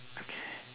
okay